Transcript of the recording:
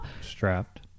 strapped